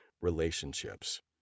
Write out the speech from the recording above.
relationships